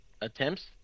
attempts